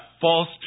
false